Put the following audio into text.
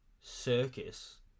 circus